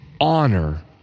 honor